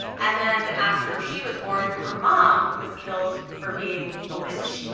and then after she was born her mom was killed for being a witch.